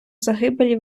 загибелі